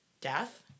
Death